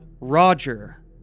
roger